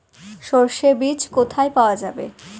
সর্ষে বিজ কোথায় পাওয়া যাবে?